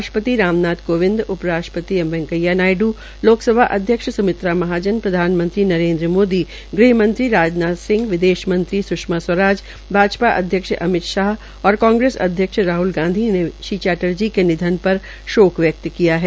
राष्टपति राम नाथ कोविंद उप राष्ट्रपति एम वैंकेया नायडू लोकसभा अध्यक्ष स्मित्रा महाजन प्रधानमंत्री नरेन्द्र मोदी गृहमंत्री राजनाथ सिंह विदेश मंत्री स्षमा स्वराज भाजपा अध्यक्ष अमित शाह और कांग्रेस अध्यक्ष राहल गांधी ने चैटर्जी के निधन पर शोक व्यक्त किया है